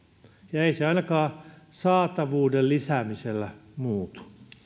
ja ei se ainakaan saatavuuden lisäämisellä muutu